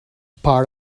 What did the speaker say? part